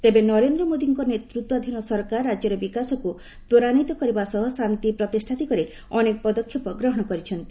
ତେବେ ନରେନ୍ଦ୍ର ମୋଦିଙ୍କ ନେତୃତ୍ୱାଧୀନ ସରକାର ରାଜ୍ୟରେ ବିକାଶକୁ ତ୍ୱରାନ୍ୱିତ କରିବା ସହ ଶାନ୍ତି ପ୍ରତିଷ୍ଠା ଦିଗରେ ଅନେକ ପଦକ୍ଷେପ ଗ୍ରହଣ କରିଛନ୍ତି